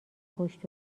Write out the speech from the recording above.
پشت